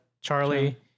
Charlie